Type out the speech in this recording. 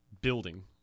building